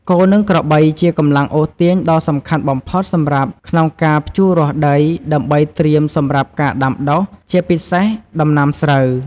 គោ និងក្របីជាកម្លាំងអូសទាញដ៏សំខាន់បំផុតសម្រាប់ក្នុងការ ភ្ជួររាស់ដី ដើម្បីត្រៀមសម្រាប់ការដាំដុះ ជាពិសេសដំណាំស្រូវ។